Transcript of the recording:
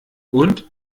und